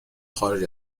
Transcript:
خارج